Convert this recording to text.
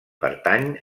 pertany